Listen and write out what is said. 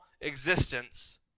existence